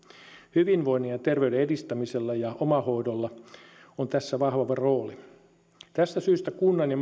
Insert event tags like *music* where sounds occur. hyvinvoinnin ja terveyden edistämisellä ja omahoidolla on tässä vahva rooli tästä syystä kunnan ja *unintelligible*